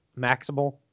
Maximal